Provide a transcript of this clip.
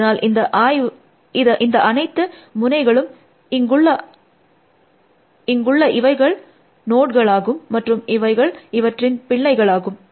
அதனால் இந்த அனைத்து முனைகளும் இங்குள்ள இவைகள் நோட்ஸ்களாகும் மற்றும் இவைகள் இவற்றின் பிள்ளைகளாகும்